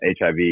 HIV